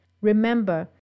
Remember